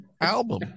album